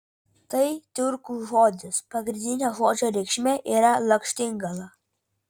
tai tiurkų žodis pagrindinė žodžio reikšmė yra lakštingala